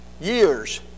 years